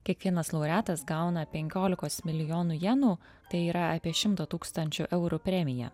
kiekvienas laureatas gauna penkiolikos milijonų jenų tai yra apie šimto tūkstančių eurų premiją